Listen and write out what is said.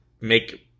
make